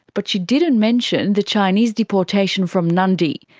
but she didn't mention the chinese deportation from nadi,